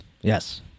Yes